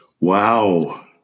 Wow